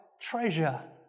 treasure